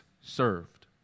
served